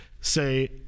say